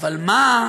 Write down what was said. אבל מה,